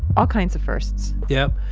all kinds of firsts. yep.